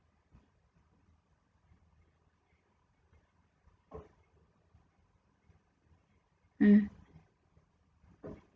mm